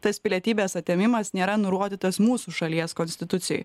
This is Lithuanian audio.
tas pilietybės atėmimas nėra nurodytas mūsų šalies konstitucijoj